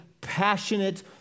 passionate